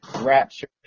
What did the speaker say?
rapture